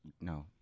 No